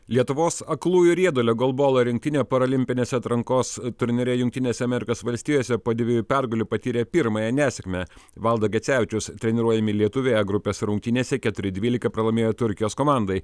lietuvos aklųjų riedulio golbolo rinktinė paralimpinės atrankos turnyre jungtinėse amerikos valstijose po dviejų pergalių patyrė pirmąją nesėkmę valdo gecevičiaus treniruojami lietuviai e grupės rungtynėse keturi dvylika pralaimėjo turkijos komandai